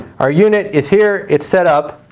our unit is here. it's set up.